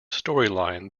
storyline